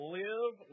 live